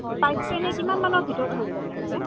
প্ৰাইচটো এনেই কিমানমানৰ ভিতৰত হৈ যায় তেনেকৈ